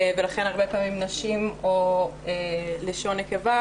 ולכן הרבה פעמים נשים או לשון נקבה